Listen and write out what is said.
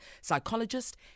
psychologist